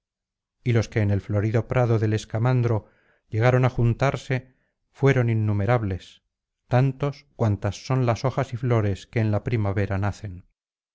y los que en el florido prado del escamandro llegaron á juntarse fueron innumerables tantos cuantas son las hojas y flores que en la primavera nacen